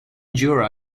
jura